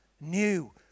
new